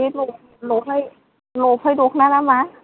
बे ल' ल'फाइ दखना ना मा